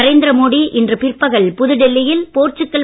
நரேந்திர மோடி இன்று பிற்பகல் புதுடில்லியில் போர்ச்சுகல்